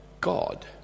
God